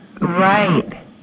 right